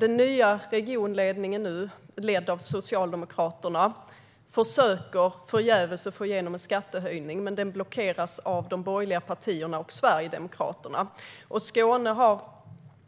Den nya regionledningen, som leds av Socialdemokraterna, försöker förgäves att få igenom en skattehöjning, men en sådan blockeras av de borgerliga partierna och Sverigedemokraterna. Skåne har